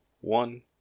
one